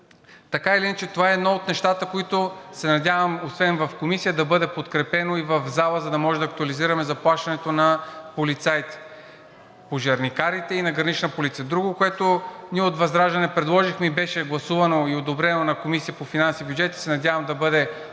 така или иначе това е едно от нещата, които се надявам освен в Комисията да бъде подкрепено и в залата, за да можем да актуализираме заплащането на полицаите, пожарникарите и „Гранична полиция“. За друго, което ние от ВЪЗРАЖДАНЕ предложихме и беше гласувано и одобрено на Комисията по финанси и бюджет, и се надявам да бъде одобрено